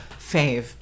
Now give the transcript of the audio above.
Fave